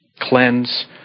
cleanse